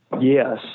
Yes